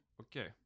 Okay